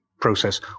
process